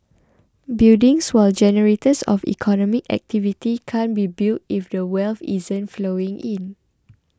buildings while generators of economic activity can't be built if the wealth isn't flowing in